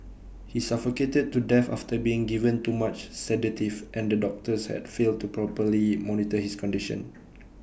he suffocated to death after being given too much sedative and the doctors had failed to properly monitor his condition